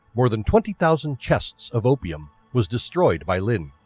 more than twenty thousand chests of opium was destroyed by lin,